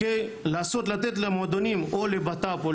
לתת למועדונים או לבט"פ,